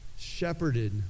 shepherded